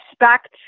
respect